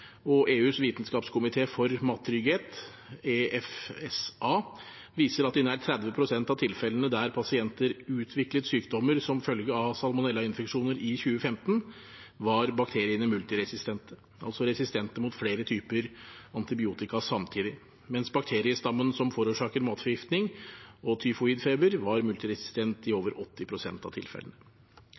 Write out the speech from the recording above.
og EUs vitenskapskomité for mattrygghet, EFSA, viser at i nær 30 pst. av tilfellene der pasienter utviklet sykdommer som følge av salmonellainfeksjoner i 2015, var bakteriene multiresistente, altså resistente mot flere typer antibiotika samtidig, mens bakteriestammen som forårsaker matforgiftning og tyfoidfeber, var multiresistent i over 80 pst. av tilfellene.